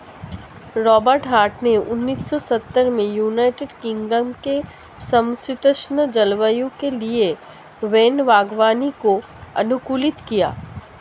Robert Hart ने उन्नीस सौ सत्तर में यूनाइटेड किंगडम के समषीतोष्ण जलवायु के लिए वैन बागवानी को अनुकूलित किया